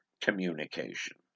communication